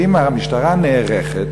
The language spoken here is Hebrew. האם המשטרה נערכת?